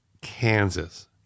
Kansas